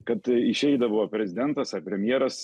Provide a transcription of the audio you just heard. kad išeidavo prezidentas ar premjeras